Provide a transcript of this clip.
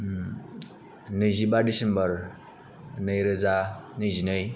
नैजिबा दिसेमबर नैरोजा नैजिनै